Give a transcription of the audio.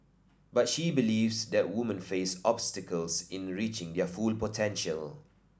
but she believes that woman face obstacles in reaching their full potential